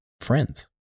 friends